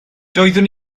doeddwn